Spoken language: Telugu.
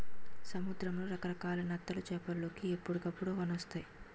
సముద్రంలో రకరకాల నత్తలు చేపలోలికి ఎప్పుడుకప్పుడే కానొస్తాయి